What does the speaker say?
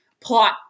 plot